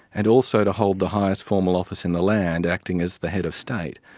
and also to hold the highest formal office in the land, acting as the head of state.